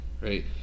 right